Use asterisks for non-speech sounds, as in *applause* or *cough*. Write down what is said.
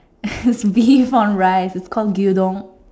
*laughs* it's beef on rice it's called Gyu-don